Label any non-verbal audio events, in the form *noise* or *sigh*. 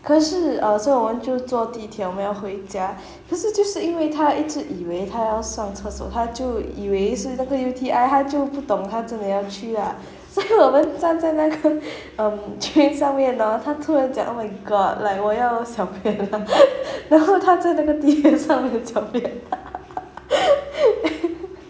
可是所以我们就坐地铁我们要回家可是就是因为她一直以为她要上厕所她就以为是哪个 U_T_I 她就不懂她真的要去 lah 所以我们站在那个 train 上面她突然讲 oh my god like 我要小便 *laughs* 然后她在那个地铁上面小便 *laughs*